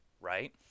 right